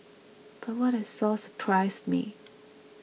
but what I saw surprised me